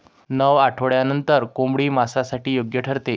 नऊ आठवड्यांनंतर कोंबडी मांसासाठी योग्य ठरते